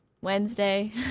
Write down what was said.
Wednesday